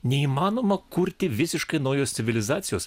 neįmanoma kurti visiškai naujos civilizacijos